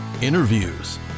interviews